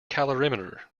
calorimeter